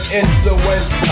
influence